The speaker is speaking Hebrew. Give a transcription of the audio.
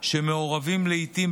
או ליתר דיוק,